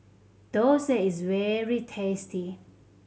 dosa is very tasty